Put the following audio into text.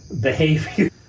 behavior